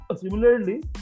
Similarly